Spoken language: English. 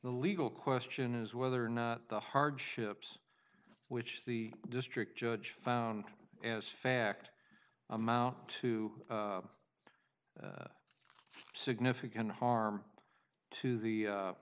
the legal question is whether or not the hardships which the district judge found as fact amount to significant harm to the